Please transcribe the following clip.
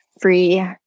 free